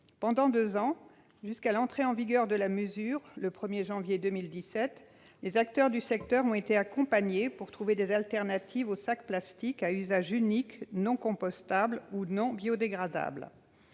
Pendant deux ans, jusqu'à l'entrée en vigueur de la mesure le 1 janvier 2017, les acteurs du secteur ont été accompagnés pour trouver des alternatives au sac plastique à usage unique non compostable ou non biodégradable.